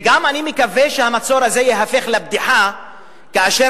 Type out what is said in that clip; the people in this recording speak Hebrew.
גם אני מקווה שהמצור הזה ייהפך לבדיחה כאשר